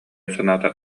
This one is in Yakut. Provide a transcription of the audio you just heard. санаата